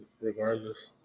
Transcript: regardless